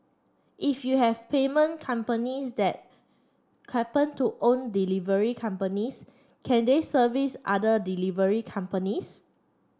if you have payment companies that happen to own delivery companies can they service other delivery companies